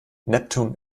neptun